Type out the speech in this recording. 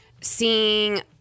seeing